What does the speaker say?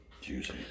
Juicy